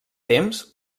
temps